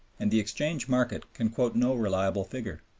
and the exchange market can quote no reliable figure.